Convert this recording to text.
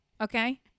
okay